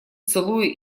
целуя